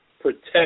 protect